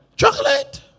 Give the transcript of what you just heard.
Chocolate